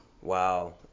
Wow